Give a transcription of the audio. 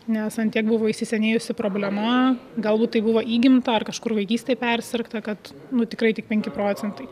nes ant tiek buvo įsisenėjusi problema galbūt tai buvo įgimta ar kažkur vaikystėj persirgta kad nu tikrai tik penki procentai